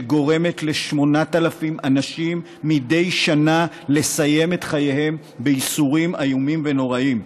שגורמת ל-8,000 אנשים מדי שנה לסיים את חייהם בייסורים איומים ונוראים,